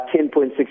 $10.6